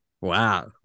Wow